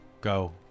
Go